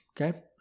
Okay